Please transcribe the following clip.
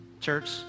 church